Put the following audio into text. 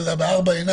אחרי שאדם